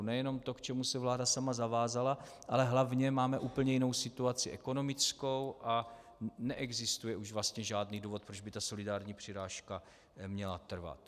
Nejenom to, k čemu se vláda sama zavázala, ale hlavně máme úplně jinou situaci ekonomickou a neexistuje už vlastně žádný důvod, proč by solidární přirážka měla trvat.